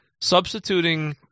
substituting